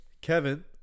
Kevin